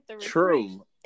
True